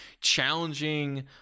challenging